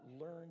learn